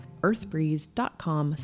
earthbreeze.com